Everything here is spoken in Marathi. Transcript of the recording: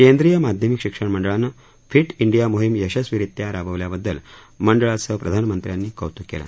केंद्रीय माध्यमिक शिक्षण मंडळानं फि यशस्वीरित्या राबवल्याबद्दल मंडळाचं प्रधानमंत्र्यांनी कौतूक केलं